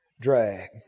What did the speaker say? drag